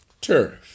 turf